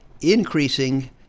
increasing